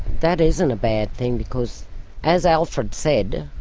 that isn't a bad thing, because as alfred said,